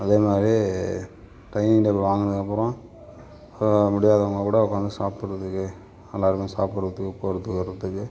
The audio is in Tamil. அதே மாதிரி டைனிங் டேபிள் வாங்கினதுக்கப்பறம் முடியாதவங்க கூட உக்கார்ந்து சாப்பிடுறதுக்கு எல்லாருக்கும் சாப்பிடுறதுக்கு போகிறதுக்கு வர்றதுக்கு